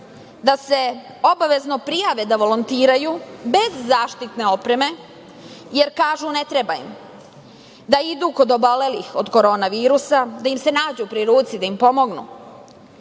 da se obavezno prijave da volontiraju bez zaštitne opreme, jer kažu – ne treba im, da idu kod obolelih od Korona virusa, da im se nađu pri ruci, da im pomognu.